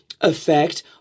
effect